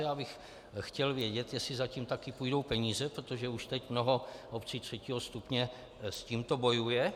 Já bych chtěl vědět, jestli za tím také půjdou peníze, protože už teď mnoho obcí třetího stupně s tímto bojuje.